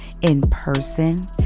in-person